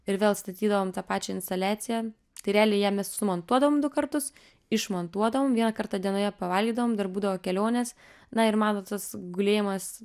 ir vėl statydavom tą pačią instaliaciją tai realiai ją mes sumontuodavom du kartus išmontuodavom vieną kartą dienoje pavalgydavom dar būdavo kelionės na ir mano tas gulėjimas